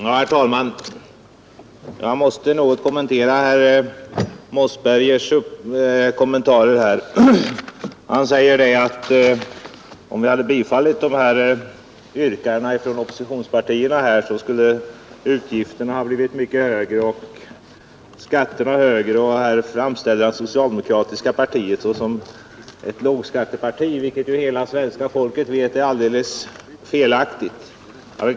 Herr talman! Jag måste något kommentera herr Mossbergers kommentarer här. Han säger att om vi hade bifallit de här yrkandena från oppositionspartierna, skulle utgifterna ha blivit mycket högre och skatterna blivit högre. Herr Mossberger framställde det socialdemokratiska partiet såsom ett lågskatteparti, vilket ju hela svenska folket vet är alldeles felaktigt.